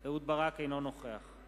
רק ישראל ביתנו מסוגלים לעשות את זה.